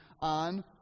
on